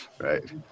right